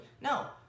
No